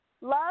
love